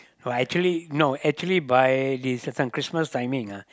no I actually no actually by this this one Christmas timing ah